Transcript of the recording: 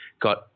got